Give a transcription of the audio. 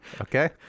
okay